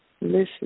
Listen